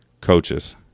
coaches